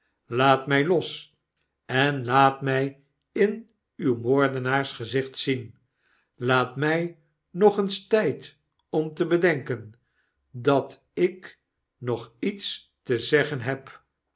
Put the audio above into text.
laat my los en laat my in uw moordenaarsgezicht zien laat my nog eens tyd om te bedenken dat ik nog lets te zeggen heb